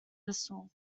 whistle